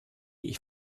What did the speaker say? ich